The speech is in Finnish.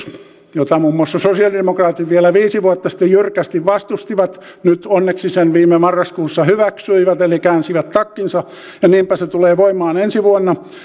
jota muun muassa sosialidemokraatit vielä viisi vuotta sitten jyrkästi vastustivat nyt onneksi sen viime marraskuussa hyväksyivät eli käänsivät takkinsa ja niinpä se tulee voimaan ensi vuonna